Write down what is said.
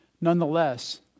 Nonetheless